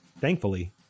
Thankfully